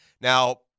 Now